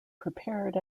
prepared